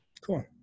Cool